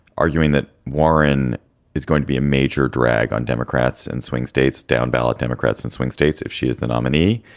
arguing that warren is going to be a major drag on democrats and swing states down ballot democrats in swing states. if she is the nominee,